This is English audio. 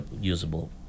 usable